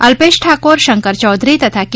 અલ્પેશ ઠાકોર શંકર ચૌધરી તથા કે